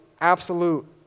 absolute